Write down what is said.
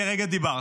כי כרגע דיברת.